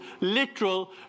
literal